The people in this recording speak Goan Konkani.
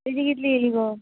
ताची कितली येली गो